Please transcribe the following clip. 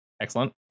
Excellent